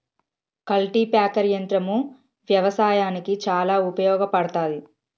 cultipacker యంత్రం వ్యవసాయానికి చాలా ఉపయోగపడ్తది